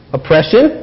oppression